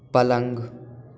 पलंग